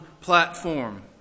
platform